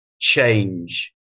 change